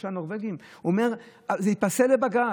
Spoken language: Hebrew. הוא אומר: זה ייפסל בבג"ץ.